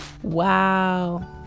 Wow